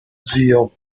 zio